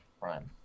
prime